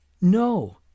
No